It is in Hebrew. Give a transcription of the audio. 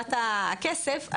לשורת הכסף,